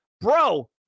Bro